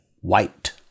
white